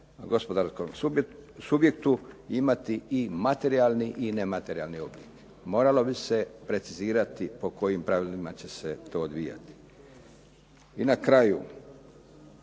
gospodarskom subjektu imati i materijalni i nematerijalni oblik. Moralo bi se precizirati po kojim pravilima će se to odvijati. I na kraju,